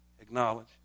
Acknowledge